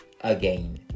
again